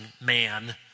Man